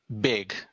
big